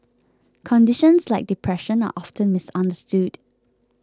conditions like depression are often misunderstood